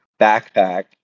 Backpack